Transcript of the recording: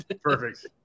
Perfect